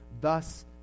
thus